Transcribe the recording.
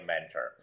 mentor